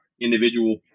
individual